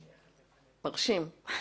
מרשים.